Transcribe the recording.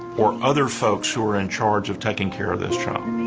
or other folks who are in charge of taking care of this child.